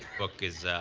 book is